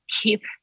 keep